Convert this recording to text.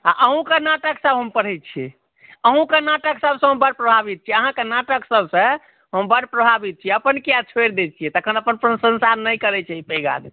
आ अहूँक नाटकसभ हम पढ़ै छी अहूँक नाटकसभसँ हम बड प्रभावित छी अहाँक नाटकसभसँ हम बड प्रभावित छी अपन किए छोड़ि दै छियै तखन अपन प्रशंसा नहि करै छै तहि दुआरे